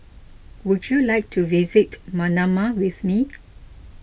would you like to visit Manama with me